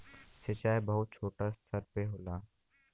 सिंचाई बहुत छोटे स्तर पे होला